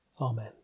amen